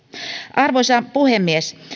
arvoisa puhemies